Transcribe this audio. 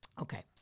Okay